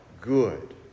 good